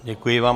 Děkuji vám.